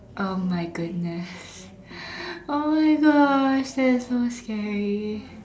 oh my goodness oh my gosh that's so scary